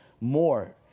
more